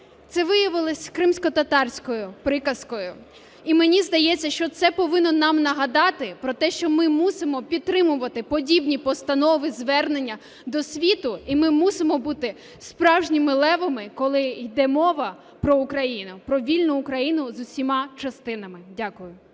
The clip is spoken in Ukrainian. Це виявилось кримськотатарською приказкою. І мені здається, що це повинно нам нагадати про те, що ми мусимо підтримувати подібні постанови, звернення до світу і ми мусимо бути справжніми левами, коли йде мова про Україну, про вільну Україну з усіма частинами. Дякую.